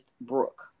Brooke